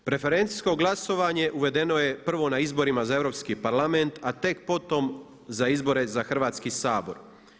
Preferencijsko glasovanje uvedeno je prvo na izborima za Europski parlament a tek potom za izbore za Hrvatski sabor.